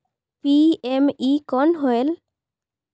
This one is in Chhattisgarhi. पी.एम.ई कौन होयल?